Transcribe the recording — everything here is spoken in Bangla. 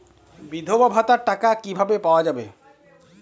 বিধবা ভাতার টাকা কিভাবে পাওয়া যাবে?